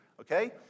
Okay